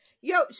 Yo